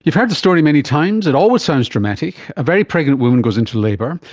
you've heard the story many times, it always sounds dramatic a very pregnant woman goes into labour,